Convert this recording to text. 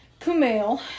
Kumail